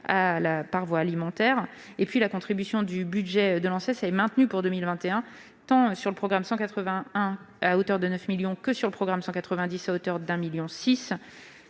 par voie alimentaire. J'ajoute que la contribution au budget de l'ANSES est maintenue pour 2021, tant sur le programme 181, à hauteur de 9 millions d'euros, que sur le programme 190, à hauteur de 1,6 million